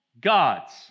God's